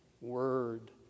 word